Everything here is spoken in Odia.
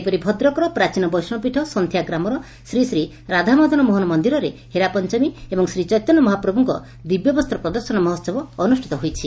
ସେହିପରି ଭଦ୍ରକର ପ୍ରାଚୀନ ବୈଷ୍ବପୀଠ ସନ୍ତିଆ ଗ୍ରାମର ଶ୍ରୀ ଶ୍ରୀ ରାଧାମଦନ ମୋହନ ମନିରରେ ହେରାପଞ୍ଚମୀ ଏବଂ ଶ୍ରୀଚେତନ୍ୟ ମହାପ୍ରଭୁଙ୍କ ଦିବ୍ୟବସ୍ତ ପ୍ରଦର୍ଶନ ମହୋହବ ଅନୁଷ୍ଠିତ ହୋଇଛି